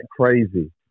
crazy